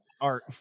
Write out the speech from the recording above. art